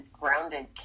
grounded